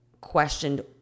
questioned